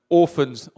orphans